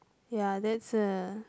ya that's a